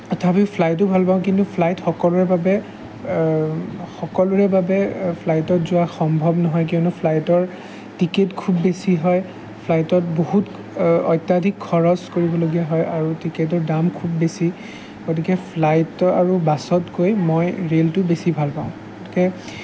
তথাপিও ফ্লাইটো ভালপাওঁ কিন্তু ফ্লাইট সকলোৰে বাবে সকলোৰে বাবে ফ্লাইটত যোৱা সম্ভৱ নহয় কিয়নো ফ্লাইটৰ টিকেট খুব বেছি হয় ফ্লাইটত বহুত অত্যাধিক খৰচ কৰিবলগীয়া হয় আৰু টিকেটৰ দাম খুব বেছি গতিকে ফ্লাইটৰ আৰু বাছতকৈ মই ৰেলটো বেছি ভালপাওঁ তাকে